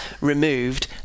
removed